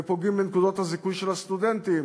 ופוגעים בנקודות הזיכוי של הסטודנטים,